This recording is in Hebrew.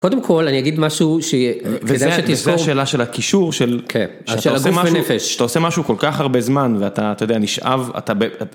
קודם כל אני אגיד משהו שיש לך שאלה של הכישור שלכם שאתה עושה משהו כל כך הרבה זמן ואתה אתה יודע נשאב אתה.